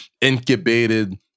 incubated